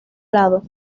lado